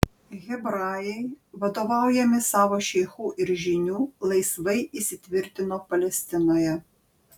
hebrajai vadovaujami savo šeichų ir žynių laisvai įsitvirtino palestinoje